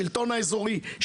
השלטון האזורי,